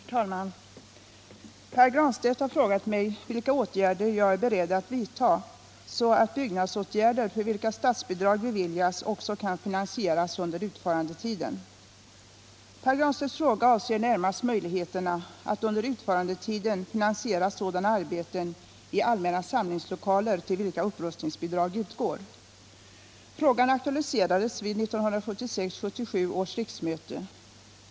stedts den 27 oktober anmälda fråga, 1977 77 års riksmöte.